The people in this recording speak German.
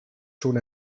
schon